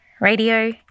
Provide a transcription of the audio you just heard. radio